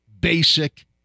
basic